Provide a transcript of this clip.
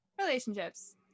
relationships